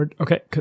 Okay